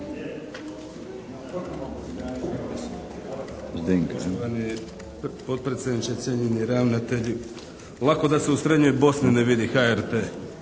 Zdenko